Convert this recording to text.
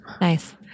Nice